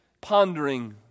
Pondering